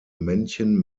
männchen